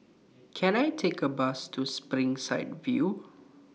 Can I Take A Bus to Springside View